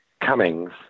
Cummings